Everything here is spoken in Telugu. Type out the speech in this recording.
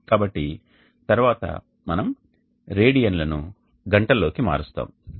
కాబట్టి తరువాత మనం రేడియన్లను గంటల్లోకి మారుస్తాము